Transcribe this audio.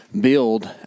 build